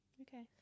Okay